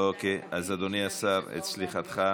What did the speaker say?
אדוני השר, את סליחתך.